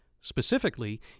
Specifically